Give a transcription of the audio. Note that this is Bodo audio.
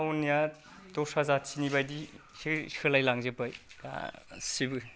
टाउन निया दस्रा जाथिनि बायदिसो सोलायलांजोबबाय गासिबो